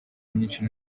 myinshi